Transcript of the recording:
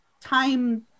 time